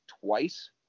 twice